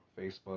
Facebook